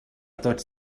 tots